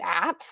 apps